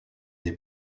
des